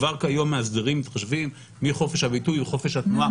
כבר כיום מאסדרים מתחשבים בחופש הביטוי ובחופש התנועה.